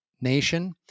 Nation